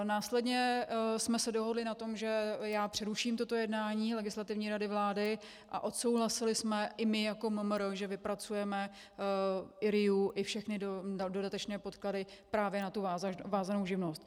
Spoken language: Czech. Následně jsme se dohodli na tom, že já přeruším toto jednání Legislativní rady vlády, a odsouhlasili jsme i my jako MMR, že vypracujeme i RIA i všechny dodatečné podklady právě na tu vázanou živnost.